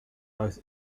both